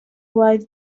wide